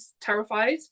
terrified